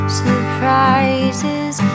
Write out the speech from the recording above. surprises